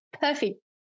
perfect